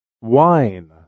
Wine